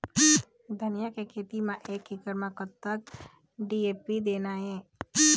धनिया के खेती म एक एकड़ म कतक डी.ए.पी देना ये?